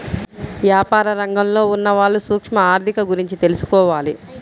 యాపార రంగంలో ఉన్నవాళ్ళు సూక్ష్మ ఆర్ధిక గురించి తెలుసుకోవాలి